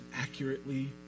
accurately